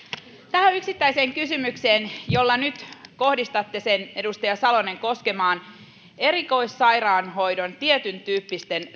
tähän yksittäiseen kysymykseen jonka nyt kohdistatte edustaja salonen koskemaan erikoissairaanhoidon tietyntyyppisiin